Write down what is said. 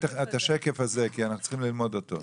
השקף הזה, כי אנחנו צריכים ללמוד אותו.